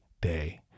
day